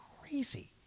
crazy